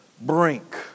brink